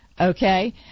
Okay